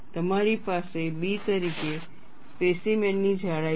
તમારી પાસે B તરીકે સ્પેસીમેન ની જાડાઈ છે